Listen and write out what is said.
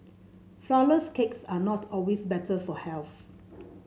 flourless cakes are not always better for health